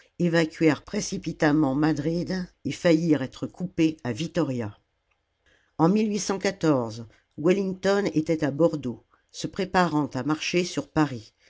évacuèrent précipitamment madrid et faillirent être coupés à vittoria en wellington était à bordeaux se préparant à marcher sur paris